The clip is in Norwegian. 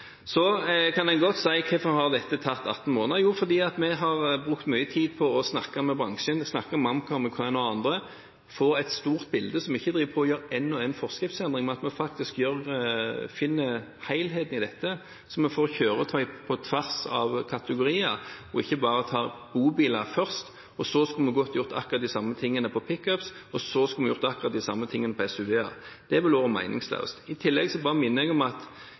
Så kan jeg godt si hvorfor dette har tatt 18 måneder. Jo, det er fordi vi har brukt mye tid på å snakke med bransjen, snakket med Amcar, med KNA og andre, for å få et stort bilde, sånn at vi ikke driver på og gjør én og én forskriftsendring, men at vi faktisk finner helheten i dette, så vi får med kjøretøy på tvers av kategorier og ikke bare tar bobiler først. Da måtte vi ha gått og gjort akkurat de samme tingene når det gjelder pickuper, og så måtte vi ha gått og gjort de samme tingene for SUV-er. Det ville vært meningsløst. I tillegg minner jeg bare om at